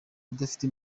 udafite